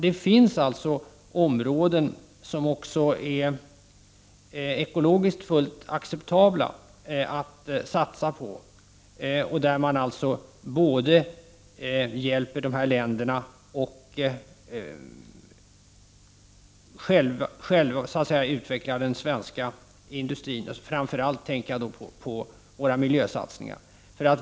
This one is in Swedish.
Det finns alltså områden som det ekologiskt sett är fullt acceptabelt att satsa på och där vi både hjälper dessa länder och utvecklar den svenska industrin — jag tänker framför allt på våra miljösatsningar.